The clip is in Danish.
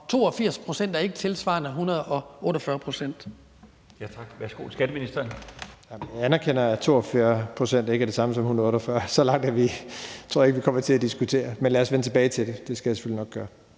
pct. er ikke tilsvarende 148